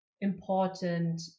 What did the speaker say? important